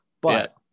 But-